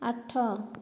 ଆଠ